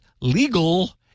legal